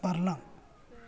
बारलां